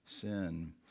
sin